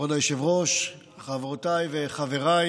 כבוד היושב-ראש, חברותיי וחבריי,